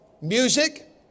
music